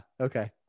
okay